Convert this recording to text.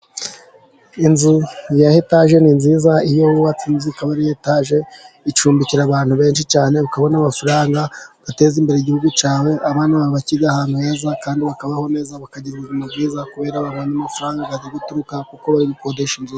Inzu ya etage ni nziza, iyo wubatse inzu ikaba ari ya etaje icumbikira abantu benshi cyane, ukabona amafaranga bagateza imbere igihugu cyawe, abana bawe bakiga ahantu heza, kandi bakabaho neza, bakagira ubuzima bwiza, kubera babonye amafaranga, ariguturuka kuko bari gukodesha unzu yawe.